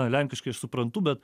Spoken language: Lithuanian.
lenkiškai aš suprantu bet